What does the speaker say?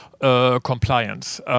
compliance